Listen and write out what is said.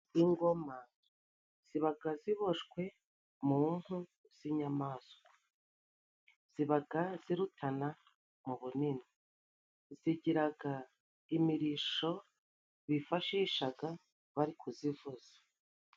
Ingoma zibaga ziboshwe mu mpu z'inyamaswa. zibaga zirutana mu bunini, zigiraga imirisho bifashishaga bari kuzivuza.